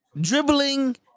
dribbling